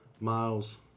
miles